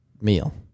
meal